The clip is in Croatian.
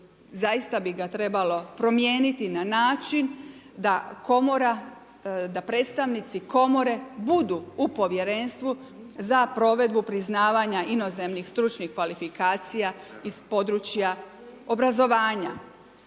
zaista bi ga trebalo promijeniti na način da Komora, da predstavnici Komore budu u Povjerenstvu za provedbu priznavanja inozemnih stručnih kvalifikacija iz područja obrazovanja.